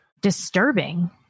disturbing